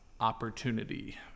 opportunity